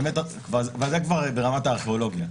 זה כבר ברמת הארכיאולוגיה.